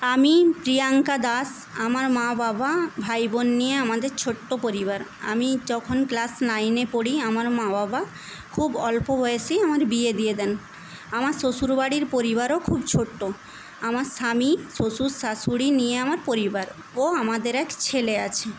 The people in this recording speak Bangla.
আমি প্রিয়াঙ্কা দাস আমার মা বাবা ভাই বোন নিয়ে আমাদের ছোট্ট পরিবার আমি যখন ক্লাস নাইনে পড়ি আমার মা বাবা খুব অল্প বয়সেই আমার বিয়ে দিয়ে দেন আমার শ্বশুর বাড়ির পরিবারও খুব ছোট্ট আমার স্বামী শ্বশুর শাশুড়ি নিয়ে আমার পরিবার ও আমাদের এক ছেলে আছে